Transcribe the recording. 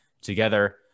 together